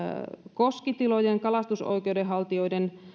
koskitilojen kalastusoikeudenhaltijoiden